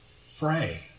fray